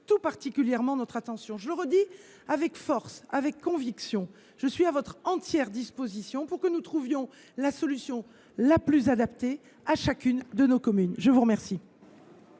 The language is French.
tout particulièrement notre attention. Je le redis avec force et conviction : je suis à votre entière disposition pour que nous trouvions la solution la plus adaptée à chacune de nos communes. La parole